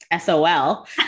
SOL